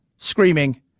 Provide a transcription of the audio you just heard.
screaming